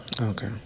okay